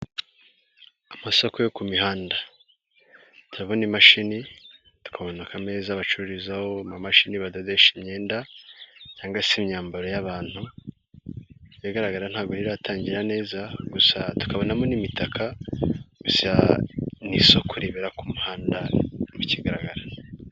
Amasoko yo ku mihanda, turabona imashini, tukabona akameza bacururizaho amamashini badodesha imyenda cyangwa se imyambaro y'abantu, ibigagaragara ntabwo iratangira neza, gusa tukabonamo n'imitaka, gusa ni isoko ribera ku muhanda, ikigaragara.